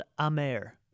Amer